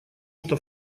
что